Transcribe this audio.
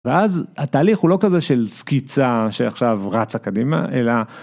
ואז התהליך הוא לא כזה של סקיצה שעכשיו רץ הקדימה אלא.